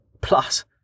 Plus